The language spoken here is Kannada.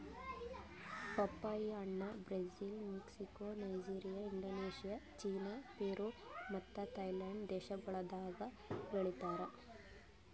ಪಪ್ಪಾಯಿ ಹಣ್ಣ್ Brazil, Mexico, Nigeria, Indonesia, China, Peru ಮತ್ತ ಥೈಲ್ಯಾಂಡ್ ದೇಶಗೊಳ್ದಾಗ್ ಬೆಳಿತಾರ್